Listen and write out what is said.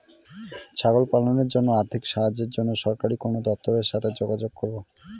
ছাগল পালনের জন্য আর্থিক সাহায্যের জন্য সরকারি কোন দপ্তরের সাথে যোগাযোগ করব?